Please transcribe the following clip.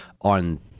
on